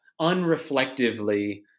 unreflectively